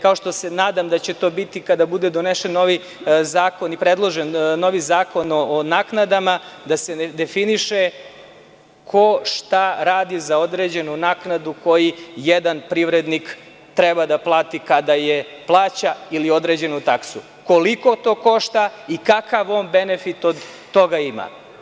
kao što se nadam da će to biti kada bude donesen novi zakon i predložen novi zakon o naknadama, da se definiše ko šta radi za određenu naknadu koju jedan privrednik treba da plati kada je plaća, ili određenu taksu, koliko to košta i kakav on benefit od toga ima.